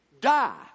die